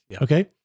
Okay